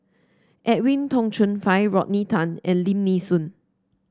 Edwin Tong Chun Fai Rodney Tan and Lim Nee Soon